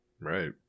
right